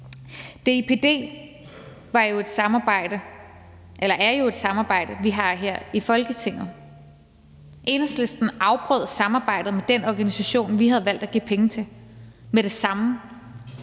DIPD er jo et samarbejde, vi har her i Folketinget. Enhedslisten afbrød samarbejdet med den organisation, vi havde valgt at give penge til, med det samme.